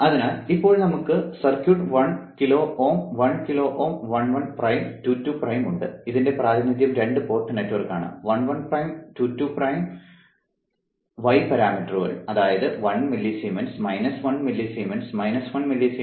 അതിനാൽ ഇപ്പോൾ നമുക്ക് circuit 1 kilo Ω 1 kilo Ω 1 1 prime 2 2 prime ഉണ്ട് ഇതിന്റെ പ്രാതിനിധ്യം രണ്ട് പോർട്ട് നെറ്റ്വർക്കാണ് 1 1 പ്രൈം 2 2 പ്രൈം y പാരാമീറ്ററുകൾ അതായത് 1 മില്ലിസീമെൻസ് 1 മില്ലിസീമെൻസ് 1 മില്ലിസീമെൻസ് 2 മില്ലിസീമെൻസ് എന്നിങ്ങനെയാണ്